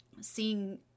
seeing